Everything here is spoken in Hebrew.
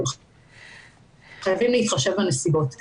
חייבים להתחשב בנסיבות.